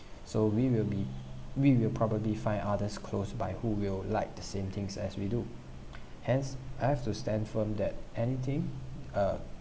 so we will be we will probably find others close by who will like the same things as we do hence I have to stand firm that anything uh